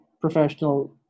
professional